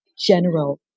general